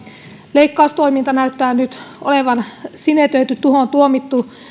leikkaustoiminta näyttää nyt olevan sinetöity tuhoon tuomittu